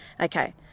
Okay